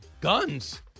Guns